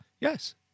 Yes